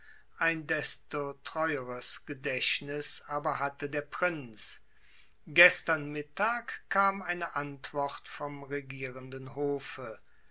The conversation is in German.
ein desto treueres gedächtnis aber hatte der prinz gestern mittag kam eine antwort vom regierenden hofe